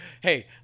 hey